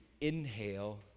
inhale